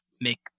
make